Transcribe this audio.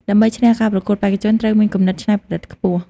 ដើម្បីឈ្នះការប្រកួត បេក្ខជនត្រូវតែមានគំនិតច្នៃប្រឌិតខ្ពស់។